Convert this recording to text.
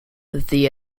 the